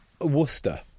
Worcester